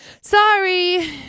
Sorry